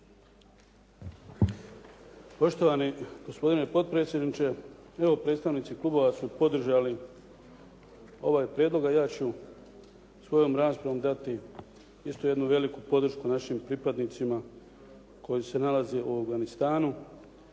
Poštovani gospodine potpredsjedniče, evo predstavnici klubova su podržali ovaj prijedlog, a ja ću svojom raspravom dati isto jednu veliku podršku našim pripadnicima koji se nalaze u Afganistanu